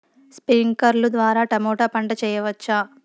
స్ప్రింక్లర్లు ద్వారా టమోటా పంట చేయవచ్చా?